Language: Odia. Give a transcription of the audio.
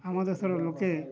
ଆମ ଦେଶର ଲୋକେ